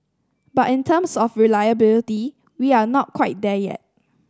but in terms of reliability we are not quite there yet